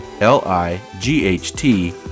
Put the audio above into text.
L-I-G-H-T